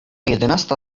jedenasta